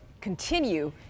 continue